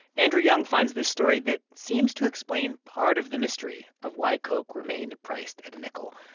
andrew young finds this story that seems to explain part of the mystery of why coke remained priced at a nickel.